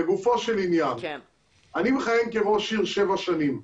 לגופו של עניין, אני מכהן כראש עיר שבע שנים.